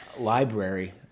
library